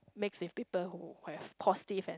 mix with people who who has positive and